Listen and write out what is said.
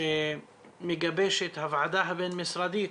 שמגבשת הוועדה הבין משרדית,